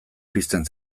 pizten